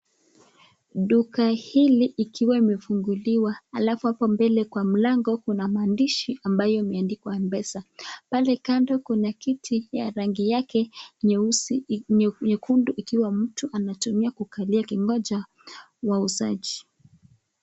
Duka hili ikiwa imefunguluwa, alafu hapo mbele kwa mlango, kuna maandishi, ambayo imeandikwa Mpesa, pale kando kuna kiti, ya rangi yake, nyeusi, nye nyekundu ikiwa mtu anatumia kukalia akingoja, wauzaji.